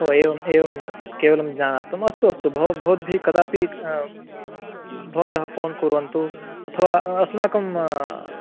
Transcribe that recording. एवं एवं केवलं ज्ञातुम् अस्तु अस्तु भव भवत्भिः कदापि भवन्तः फोन् कुर्वन्तु अथवा अस्माकं